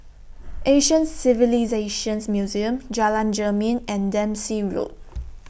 Asian Civilisations Museum Jalan Jermin and Dempsey Road